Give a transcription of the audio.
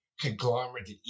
conglomerate